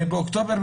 באוקטובר?